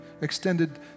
extended